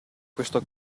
questo